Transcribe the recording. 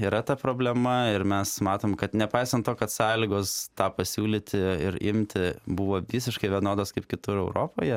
yra ta problema ir mes matom kad nepaisant to kad sąlygos tą pasiūlyti ir imti buvo visiškai vienodos kaip kitur europoje